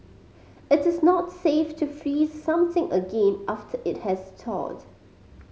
it is not safe to freeze something again after it has thawed